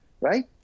right